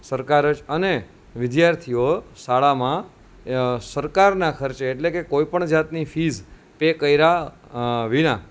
સરકાર જ અને વિદ્યાર્થીઓ શાળામાં સરકારના ખર્ચે એટલે કે કોઈ પણ જાતની ફીઝ પે કર્યા વિના